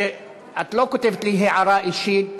שאת לא כותבת לי הערה אישית: